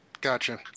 Gotcha